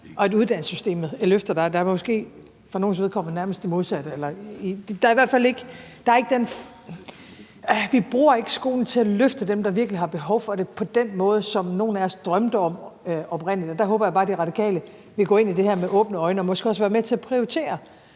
og uddannelsessystemet løfter en. Det er måske for nogles vedkommende nærmest det modsatte. Vi bruger ikke skolen til at løfte dem, der virkelig har behov for det, på den måde, som nogle af os drømte om oprindelig, og der håber jeg bare, at De Radikale vil gå ind i det her med åbne øjne og måske også være med til at prioritere